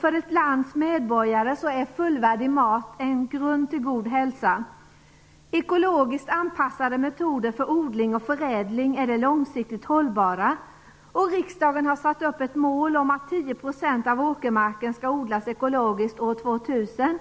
För ett lands medborgare är fullvärdig mat en grund till god hälsa. Ekologiskt anpassade metoder för odling och förädling är långsiktigt hållbara. Riksdagen har satt upp ett mål om att 10 % av åkermarken skall odlas ekologiskt år 2000.